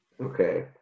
Okay